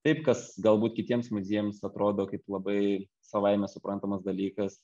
taip kas galbūt kitiems muziejams atrodo kaip labai savaime suprantamas dalykas